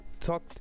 talk